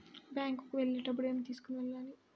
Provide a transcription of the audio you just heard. Bank కు వెళ్ళేటప్పుడు ఏమి తీసుకొని వెళ్ళాలి?